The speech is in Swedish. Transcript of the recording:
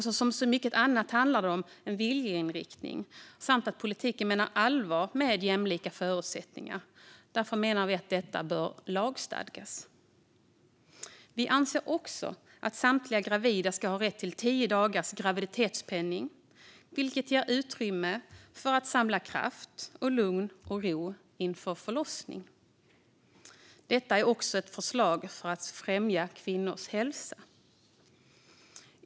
Som med så mycket annat handlar det om en viljeinriktning samt att politiken menar allvar med jämlika förutsättningar. Därför menar vi att detta bör lagstadgas. Vi anser också att samtliga gravida ska ha rätt till tio dagars graviditetspenning, vilket ger utrymme för att samla kraft och lugn och ro inför förlossningen. Detta är också ett förslag för att främja kvinnors hälsa.